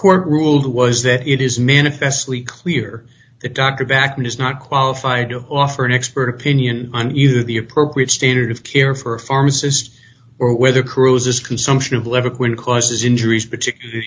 court ruled was that it is mina fess lee clear the doctor back and is not qualified to offer an expert opinion on either the appropriate standard of care for a pharmacist or whether cruise's consumption of leverkusen causes injuries particular